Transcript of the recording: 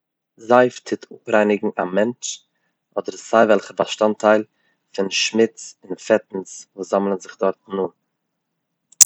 זייף טוט אפרייניגן א מענטש אדער סיי וועלכע באשטאנדטייל פון שמוץ און פעטנס וואס זאמלען זיך דארטן אן.